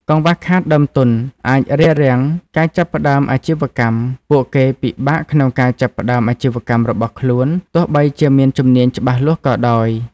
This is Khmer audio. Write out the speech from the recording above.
កង្វះខាតដើមទុនអាច រារាំងការចាប់ផ្តើមអាជីវកម្ម ពួកគេពិបាកក្នុងការចាប់ផ្តើមអាជីវកម្មរបស់ខ្លួនទោះបីជាមានជំនាញច្បាស់លាស់ក៏ដោយ។